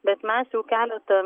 bet mes jau keletą